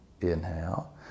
inhale